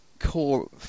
core